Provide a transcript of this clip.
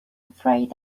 afraid